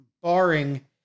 barring